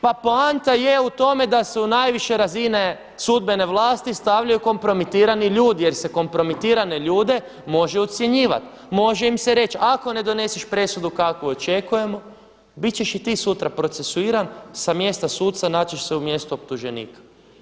Pa poanta je u tome da se u najviše razine sudbene vlasti stvaraju kompromitirani ljudi, jer se kompromitirane ljude može ucjenjivati, može im se reći ako ne doneseš presudu kakvu očekujemo bit ćeš i ti sutra procesuiran, sa mjesta suca naći ćeš se u mjestu optuženika.